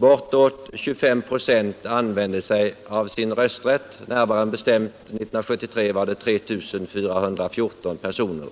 Bortåt 25 96 använde sin rösträtt; 1973 var det närmare bestämt 3414 personer.